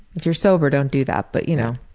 if you're sober, don't do that. but you know